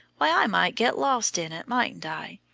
why, i might get lost in it, mightn't i?